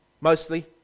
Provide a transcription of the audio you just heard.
mostly